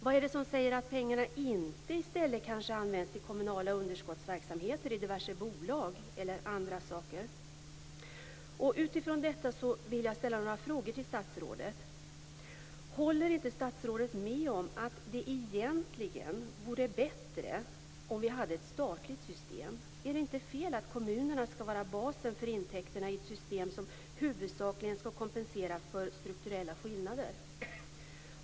Vad är det som säger att pengarna inte i stället används till kommunala underskottsverksamheter i diverse bolag eller andra saker? Håller inte statsrådet med om att det egentligen vore bättre om vi hade ett statligt system? Är det inte fel att kommunerna skall vara basen för intäkterna i ett system som huvudsakligen skall kompensera för strukturella skillnader?